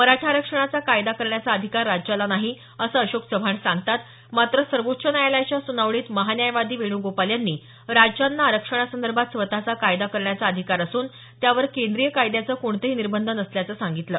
मराठा आरक्षणाचा कायदा करण्याचा अधिकार राज्याला नाही असं अशोक चव्हाण सांगतात मात्र सर्वोच्च न्यायालयातल्या सुनावणीत महान्यायवादी वेणुगोपाल यांनी राज्यांना आरक्षणासंदर्भात स्वतःचा कायदा करण्याचा अधिकार असून त्यावर केंद्रीय कायद्याचे कोणतेही निर्बंध नसल्याचं सांगितलं